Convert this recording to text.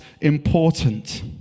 important